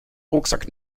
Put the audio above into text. rucksack